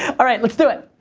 all right, let's do it.